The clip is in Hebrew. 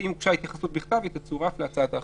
ואם הוגשה התייחסות בכתב היא תצורף להצעת ההחלטה.